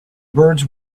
birds